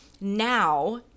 now